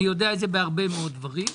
אני יודע את זה בהרבה מאוד דברים.